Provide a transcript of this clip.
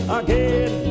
again